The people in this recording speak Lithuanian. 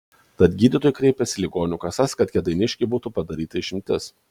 tad gydytojai kreipėsi į ligonių kasas kad kėdainiškei būtų padaryta išimtis